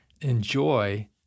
enjoy